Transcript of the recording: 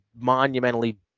monumentally